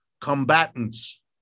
combatants